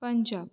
Punjab